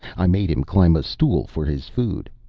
i made him climb a stool for his food.